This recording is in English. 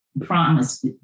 promise